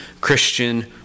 Christian